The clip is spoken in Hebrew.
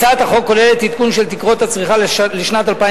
הצעת החוק כוללת עדכון של תקרות הצריכה לשנת 2011